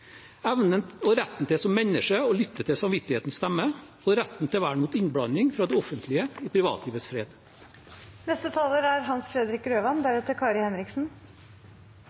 evnen og retten som menneske til å lytte til samvittighetens stemme og retten til vern mot innblanding fra det offentlige i privatlivets fred.